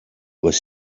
was